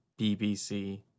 BBC